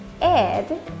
add